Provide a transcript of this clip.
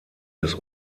des